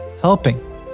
helping